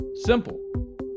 simple